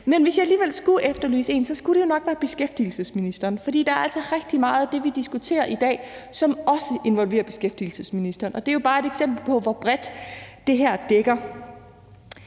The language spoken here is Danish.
én minister, jeg har efterlyst og manglet lidt i dag, og det er beskæftigelsesministeren. For der er altså rigtig meget af det, vi diskuterer i dag, som også involverer beskæftigelsesministeren, og det er jo bare et eksempel på, hvor bredt det her dækker.